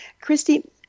Christy